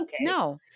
No